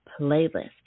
playlist